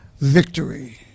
victory